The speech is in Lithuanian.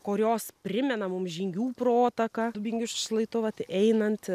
kurios primena mums žingių protaką dubingių šlaitu vat einant